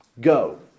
Go